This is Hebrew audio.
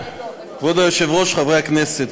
ליושב-ראש ניסן סלומינסקי,